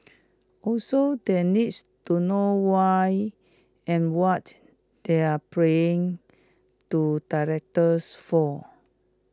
also they needs to know why and what they are praying to directors for